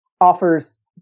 Offers